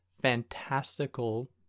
fantastical